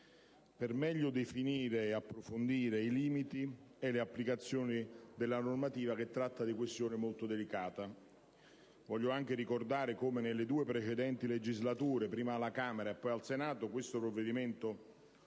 per meglio definire e approfondire i limiti e le applicazioni della normativa, che tratta una questione molto delicata. Voglio anche ricordare come nelle due precedenti legislature, prima alla Camera e poi al Senato, questo provvedimento